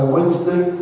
Wednesday